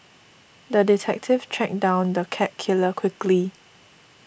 the detective tracked down the cat killer quickly